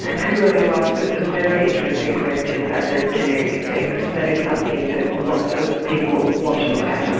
too early to ask but it's a very interesting question about the genetic effects. that is something that lots of people want to look at.